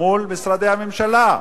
מול משרדי הממשלה.